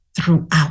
throughout